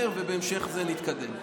ובהמשך לזה נתקדם.